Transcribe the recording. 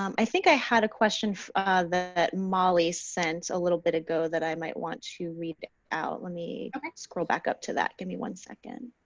um i think i had a question that ah molly sent a little bit ago that i might want to read it out. let me scroll back up to that. give me one second.